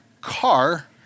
car